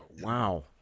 wow